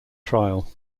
trial